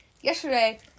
yesterday